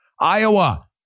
Iowa